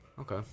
Okay